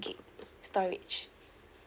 gig storage